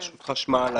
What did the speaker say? רשות חשמל,